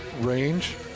range